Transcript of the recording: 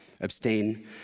Abstain